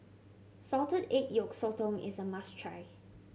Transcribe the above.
salted egg yolk sotong is a must try